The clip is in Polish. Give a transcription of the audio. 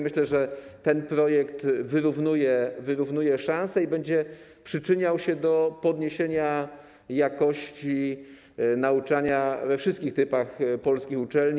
Myślę, że ten projekt wyrównuje szanse i będzie przyczyniał się do podniesienia jakości nauczania we wszystkich typach polskich uczelni.